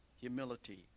humility